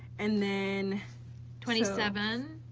and then twenty seven,